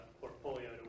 portfolio